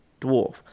dwarf